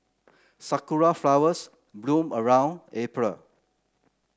sakura flowers bloom around April